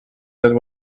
that